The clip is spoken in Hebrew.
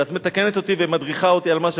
את מתקנת אותי ומדריכה אותי על מה,